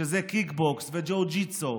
שזה קיקבוקס, ג'ו ג'יטסו,